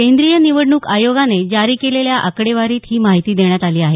केंद्रीय निवडणूक आयेगाने जारी केलेल्या आकडेवारीत ही माहिती देण्यात आली आहे